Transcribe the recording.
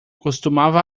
costumava